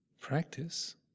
practice